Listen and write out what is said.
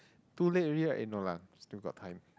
too late already right eh no lah still got time